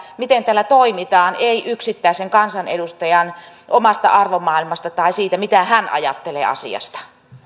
miten täällä toimitaan ei yksittäisen kansanedustajan omasta arvomaailmasta tai siitä mitä hän ajattelee asiasta